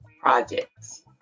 projects